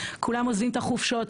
כולם עוזבים את החופשות,